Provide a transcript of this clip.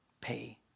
pay